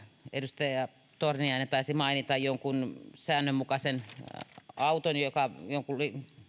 edustaja torniainen taisi mainita jonkun säännönmukaisen auton jonkun